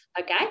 Okay